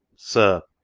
sir,